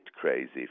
crazy